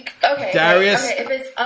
Darius